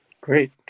great